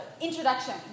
introduction